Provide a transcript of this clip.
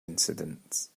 incidents